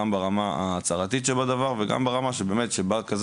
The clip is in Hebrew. גם ברמה ההצהרתית וגם ברמה שכשבא כזה